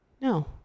No